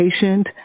patient